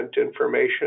information